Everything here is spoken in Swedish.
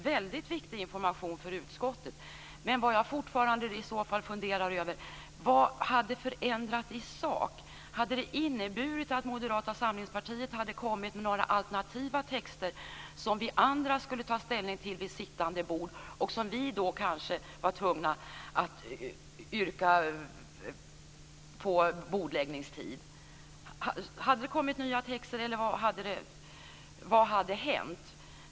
Fru talman! Jag delar Stig Rindborgs uppfattning. Det var viktig information för utskottet. Vad hade förändrats i sak? Hade Moderata samlingspartiet lagt fram alternativa texter för oss andra att ta ställning till vid sittande bord? Då hade vi varit tvungna att yrka på bordläggningstid. Vad hade hänt?